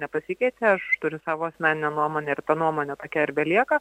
nepasikeitė aš turiu savo asmeninę nuomonę ir ta nuomonė tokia ir belieka